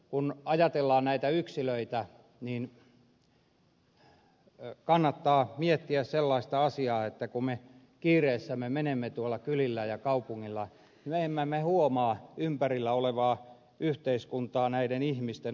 kun ajatellaan näitä yksilöitä niin kannattaa miettiä sellaista asiaa että kun me kiireessä menemme tuolla kylillä ja kaupungilla me emme huomaa ympäröivää yhteiskuntaa näiden ihmisten osalta